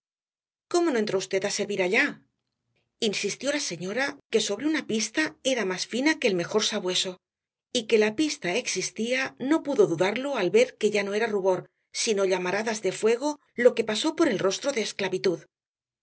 cómo no entró v á servir allá insistió la señora que sobre una pista era más fina que el mejor sabueso y que la pista existía no pudo dudarlo al ver que ya no era rubor sino llamaradas de fuego lo que pasó por el rostro de esclavitud